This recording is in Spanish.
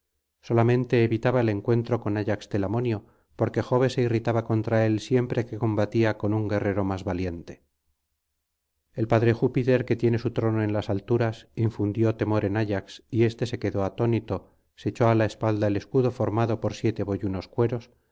solamente evitaba el encuentro con ayax telamonio porque jove se irritaba contra él siempre que combatía con un guerrero más valiente el padre júpiter que tiene su trono en las alturas infundió temor en ayax y éste se quedó atónito se echó á la espalda el escudo formado por siete boyunos cueros